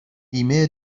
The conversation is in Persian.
بیمه